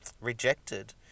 rejected